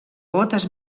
botes